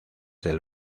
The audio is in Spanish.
del